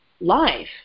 life